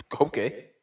Okay